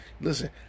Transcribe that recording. Listen